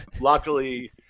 Luckily